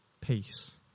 Peace